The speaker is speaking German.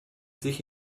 sich